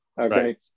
okay